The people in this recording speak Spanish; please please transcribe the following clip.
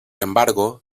embargo